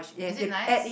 is it nice